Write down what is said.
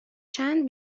چند